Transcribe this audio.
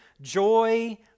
joy